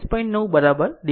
આમ તેને સમજીએ આ α એ 40